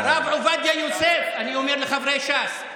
הרב עובדיה יוסף, אני אומר לחברי ש"ס,